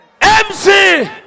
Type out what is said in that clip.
MC